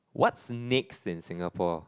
what's next in Singapore